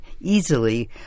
easily